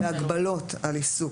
בהגבלות על עיסוק.